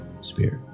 spirits